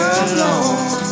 alone